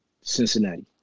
Cincinnati